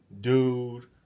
dude